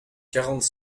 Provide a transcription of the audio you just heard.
quarante